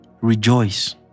Rejoice